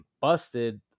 busted